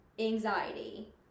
anxiety